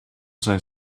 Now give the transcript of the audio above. zijn